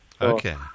Okay